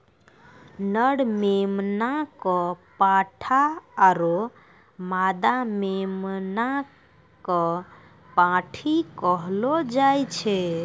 नर मेमना कॅ पाठा आरो मादा मेमना कॅ पांठी कहलो जाय छै